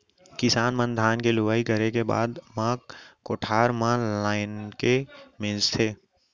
किसान मन धान के लुवई करे के बाद म कोठार म लानके मिंजथे